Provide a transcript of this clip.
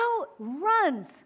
outruns